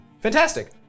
Fantastic